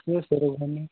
टेस्टहरू पनि